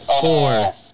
Four